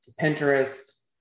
Pinterest